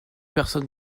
personne